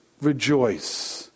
rejoice